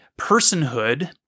personhood